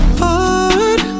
hard